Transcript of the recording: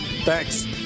Thanks